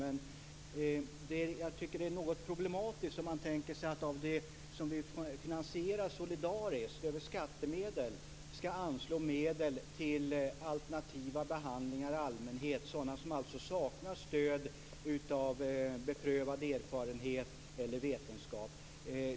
Men jag tycker att det är något problematiskt, om man tänker sig en finansiering solidariskt över skattemedel, att anslå medel till alternativa behandlingar i allmänhet, dvs. sådana behandlingar som saknar stöd av beprövad erfarenhet eller vetenskap.